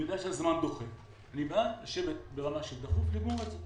אני יודע שהזמן דוחק אבל צריך לשבת ולגמור את זה.